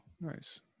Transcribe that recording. nice